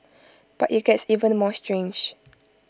but IT gets even more strange